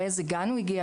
לאיזה גן הוא הגיע,